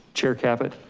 chair caput?